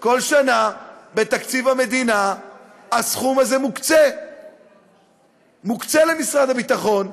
כל שנה בתקציב המדינה הסכום הזה מוקצה למשרד הביטחון,